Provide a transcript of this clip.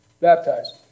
Baptized